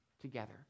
together